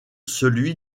celui